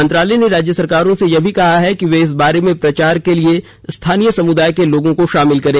मंत्रालय ने राज्य सरकारों से कहा है कि वे इस बारे में प्रचार के लिए स्थानीय समुदाय के लोगों को शामिल करें